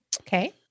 okay